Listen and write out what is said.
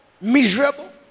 miserable